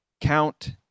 Count